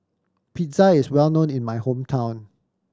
pizza is well known in my hometown